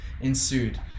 ensued